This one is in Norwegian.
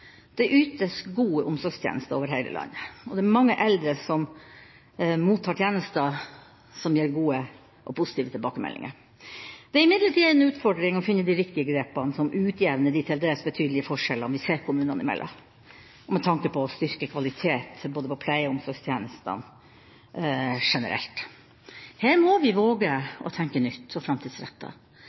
det ytes gode omsorgstjenester over hele landet, og det er mange eldre som mottar tjenester, som gir gode og positive tilbakemeldinger. Det er imidlertid en utfordring å finne de riktige grepene, som utjevner de til dels betydelige forskjellene vi ser kommunene imellom, med tanke på å styrke kvaliteten på pleie- og omsorgstjenestene generelt. Her må vi våge å tenke nytt og